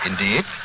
Indeed